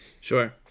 sure